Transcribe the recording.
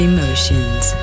Emotions